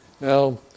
Now